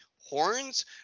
horns